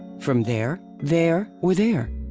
from there, there, or there?